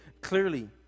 clearly